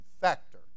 factor